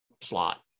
slot